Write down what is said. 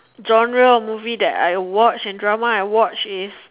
genre of movie that I watch and drama that I watch is